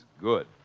good